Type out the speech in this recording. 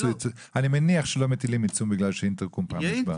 אני מניח שלא מטילים עיצום בגלל שפעם ראשנה האינטרקום לא עובד.